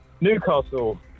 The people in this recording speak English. Newcastle